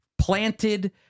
planted